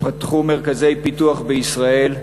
פתחו מרכזי פיתוח בישראל,